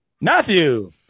Matthew